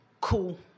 cool